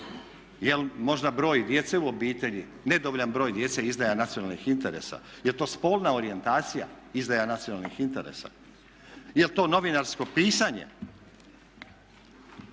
Je li možda broj djece u obitelji? Nedovoljan broj djece izdaja nacionalnih interesa? Je li to spolna orijentacija izdaja nacionalnih interesa? Je li to novinarsko pisanje?